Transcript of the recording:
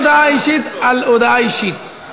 עשר